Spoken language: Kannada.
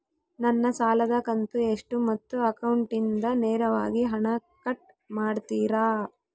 ನನ್ನ ಸಾಲದ ಕಂತು ಎಷ್ಟು ಮತ್ತು ಅಕೌಂಟಿಂದ ನೇರವಾಗಿ ಹಣ ಕಟ್ ಮಾಡ್ತಿರಾ?